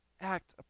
act